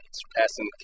surpassing